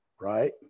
right